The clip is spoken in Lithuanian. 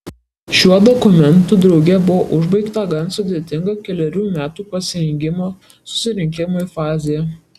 šiuo dokumentu drauge buvo užbaigta gan sudėtinga kelerių metų pasirengimo susirinkimui fazė